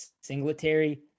Singletary